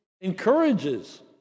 encourages